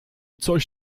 coś